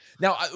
Now